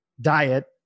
diet